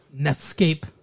Netscape